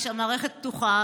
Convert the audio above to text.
כשהמערכת פתוחה,